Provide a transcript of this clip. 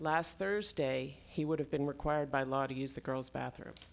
last thursday he would have been required by law to use the girl's bathroom